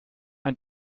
ein